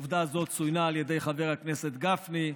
עובדה זו צוינה על ידי חבר הכנסת גפני.